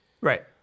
Right